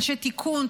אנשי תיקון,